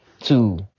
Two